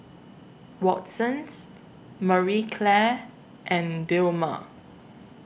Watsons Marie Claire and Dilmah